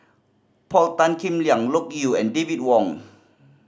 Paul Tan Kim Liang Loke Yew and David Wong